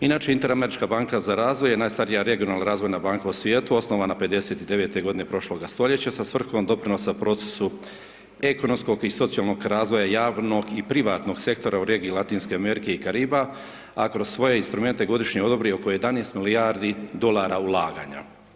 Inače Inter-Američka banka za razvoj je najstarija regionalna razvojna banka u svijetu, osnovana 59.-te godine prošloga stoljeća sa svrhom doprinosa u procesu ekonomskog i socijalnog razvoja javnog i privatnoga sektora u regiji Latinske Amerike i Kariba, a kroz svoje instrumente godišnje odobri oko 11 milijardi dolara ulaganja.